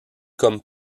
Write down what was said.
comme